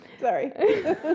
Sorry